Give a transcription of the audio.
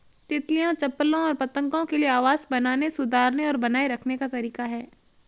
तितलियों, चप्पलों और पतंगों के लिए आवास बनाने, सुधारने और बनाए रखने का तरीका है